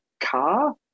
car